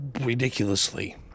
ridiculously